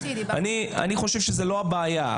אני חושב שזאת לא הבעיה.